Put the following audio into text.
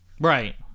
right